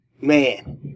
man